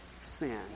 sin